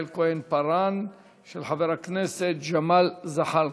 כהן-פארן ושל חבר הכנסת ג'מאל זחאלקה.